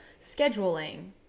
scheduling